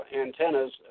antennas